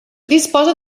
disposa